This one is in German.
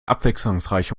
abwechslungsreich